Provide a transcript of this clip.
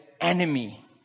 enemy